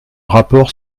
rapport